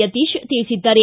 ಯತೀಶ ತಿಳಿಸಿದ್ದಾರೆ